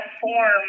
form